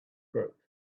group